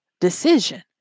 decision